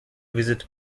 visit